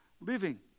living